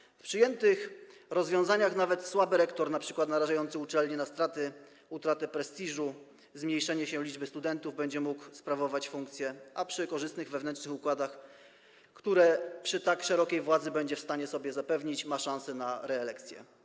Zgodnie z przyjętymi rozwiązaniami nawet słaby rektor, np. narażający uczelnię na straty, utratę prestiżu, zmniejszenie liczby studentów, będzie mógł sprawować funkcję, a przy korzystnych wewnętrznych układach, które przy tak szerokiej władzy będzie w stanie sobie zapewnić, ma szansę na reelekcję.